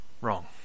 Wrong